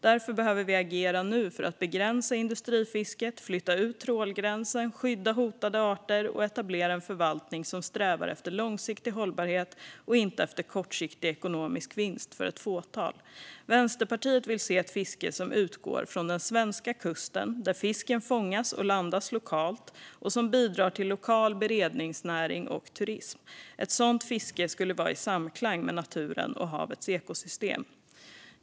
Därför behöver vi agera nu för att begränsa industrifisket, flytta ut trålgränsen, skydda hotade arter och etablera en förvaltning som strävar efter långsiktig hållbarhet och inte efter kortsiktig ekonomisk vinst för ett fåtal. Vänsterpartiet vill se ett fiske som utgår från den svenska kusten, där fisken fångas och landas lokalt, och som bidrar till lokal beredningsnäring och turism. En sådant fiske skulle vara i samklang med naturen och havets ekosystem.